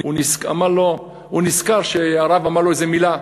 הוא נזכר שהרב אמר לו איזה מילה.